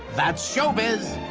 that's show biz.